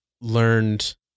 learned